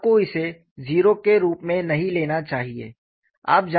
आपको इसे 0 के रूप में नहीं लेना चाहिए